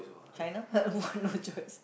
China why no choice